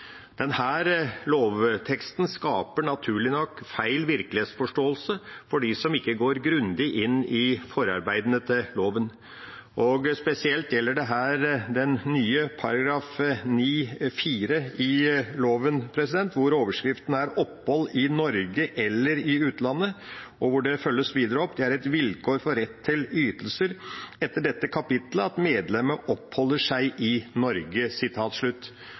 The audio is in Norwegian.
lovteksten skaper naturlig nok feil virkelighetsforståelse for dem som ikke går grundig inn i forarbeidene til loven. Spesielt gjelder dette den nye § 9-4 i loven, hvor overskriften er «Opphold i Norge eller i utlandet», og hvor det følges videre opp: «Det er et vilkår for rett til ytelser etter dette kapitlet at medlemmet oppholder seg i Norge.»